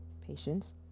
patience